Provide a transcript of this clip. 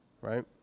right